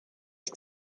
ich